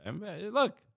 Look